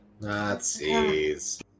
nazis